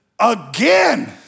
again